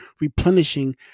replenishing